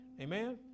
Amen